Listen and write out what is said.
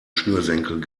schnürsenkel